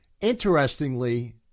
Interestingly